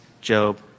Job